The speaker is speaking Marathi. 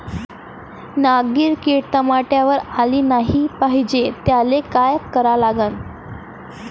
नागिन किड टमाट्यावर आली नाही पाहिजे त्याले काय करा लागन?